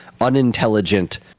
unintelligent